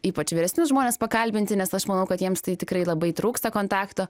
ypač vyresnius žmones pakalbinti nes aš manau kad jiems tai tikrai labai trūksta kontakto